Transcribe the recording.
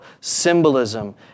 symbolism